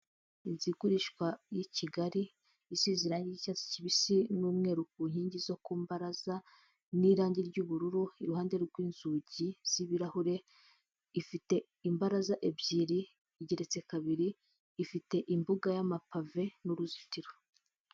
Inzu igurishwa y'i Kigali, isize irangi ry'icyatsi kibisi n'umweru ku nkingi zo ku mbaraza, n'irangi ry'ubururu iruhande rw'inzugi z'ibirahure, ifite imbaraza ebyiri, igeretse kabiri, ifite imbuga y'amapave n'uruzitiro.